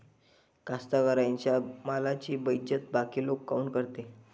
कास्तकाराइच्या मालाची बेइज्जती बाकी लोक काऊन करते?